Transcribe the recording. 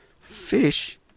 Fish